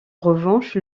revanche